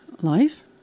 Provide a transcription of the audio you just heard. life